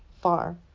far